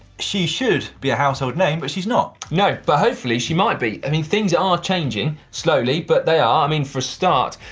she should be a household name, but she's not. no, but hopefully she might be. i mean, things are changing. slowly, but they are. i mean for start,